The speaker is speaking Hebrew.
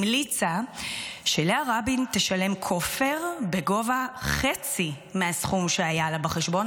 המליצה שלאה רבין תשלם כופר בגובה חצי מהסכום שהיה לה בחשבון.